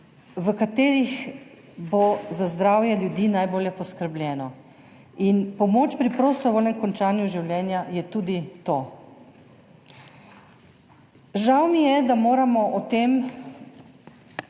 v katerih bo za zdravje ljudi najbolje poskrbljeno. In pomoč pri prostovoljnem končanju življenja je tudi to. Žal mi je, da moramo o tem